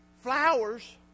flowers